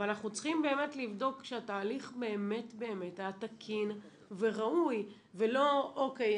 אבל אנחנו צריכים באמת לבדוק שהתהליך באמת היה תקין וראוי ולא אוקי,